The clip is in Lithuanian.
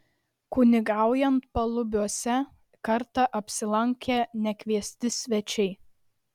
kunigaujant palubiuose kartą apsilankė nekviesti svečiai